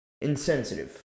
insensitive